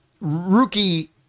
Rookie